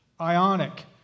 ionic